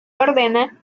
ordena